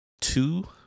two